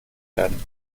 werden